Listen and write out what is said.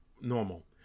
normal